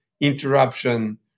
interruption